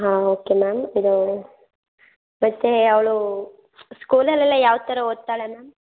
ಹಾಂ okay ma'am ಇದು ಮತ್ತು ಅವಳು ಸ್ಕೂಲಲ್ಲೆಲ್ಲ ಯಾವ ಥರ ಓದ್ತಾಳೆ ಮ್ಯಾಮ್